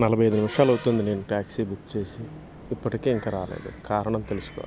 నలభై ఐదు నిమిషాలువుతుంది నేను ట్యాక్సీ బుక్ చేసి ఇప్పటికీ ఇంకా రాలేదు కారణం తెలుసుకోవాలి